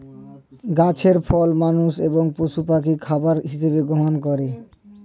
গাছের ফল মানুষ এবং পশু পাখি খাবার হিসাবে গ্রহণ করে